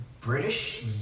British